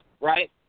right